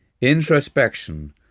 Introspection